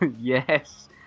Yes